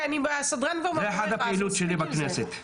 זה אחת הפעילות שלי בכנסת,